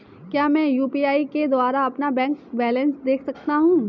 क्या मैं यू.पी.आई के द्वारा अपना बैंक बैलेंस देख सकता हूँ?